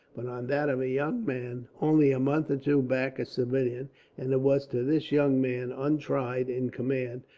but on that of a young man, only a month or two back a civilian and it was to this young man, untried in command,